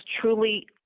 truly